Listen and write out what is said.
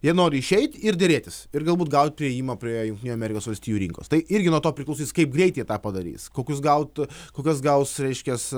jie nori išeit ir derėtis ir galbūt gaut priėjimą prie jungtinių amerikos valstijų rinkos tai irgi nuo to priklausys kaip greit jie tą padarys kokius gaut kokias gaus reiškias